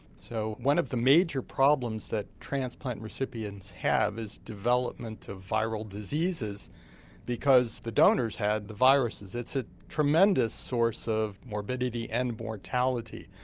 so one of the major problems that transplant recipients have is development of viral diseases because the donors had the viruses. it's a tremendous source or morbidity and mortality.